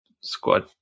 squad